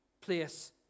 place